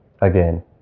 again